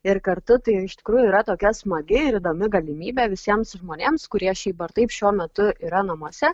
ir kartu tai iš tikrųjų yra tokia smagi ir įdomi galimybė visiems žmonėms kurie šiaip ar taip šiuo metu yra namuose